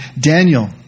Daniel